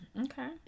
Okay